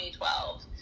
2012